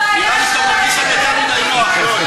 נראה לי שאתה מרגיש שם יותר מדי נוח, יואל.